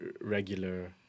regular